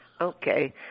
Okay